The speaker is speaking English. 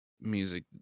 music